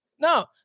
No